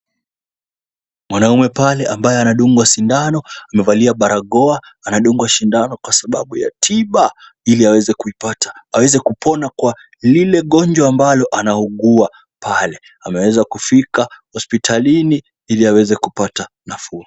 Mwanaume pale ambaye anadungwa sindano amevalia barakoa anadungwa sindano kwa sababu ya tiba ili aweze kuipata . Aweze kupona kwa lile gonjwa ambalo anaugua pale . Ameweza kufika hospitalini ili aweze kupata nafuu .